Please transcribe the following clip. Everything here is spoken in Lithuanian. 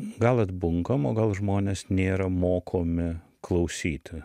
gal atbunkam o gal žmonės nėra mokomi klausyti